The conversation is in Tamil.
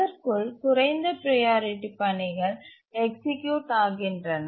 அதற்குள் குறைந்த ப்ரையாரிட்டி பணிகள் எக்ஸிக்யூட் ஆகின்றன